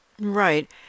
Right